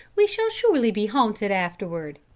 we shall surely be haunted afterward.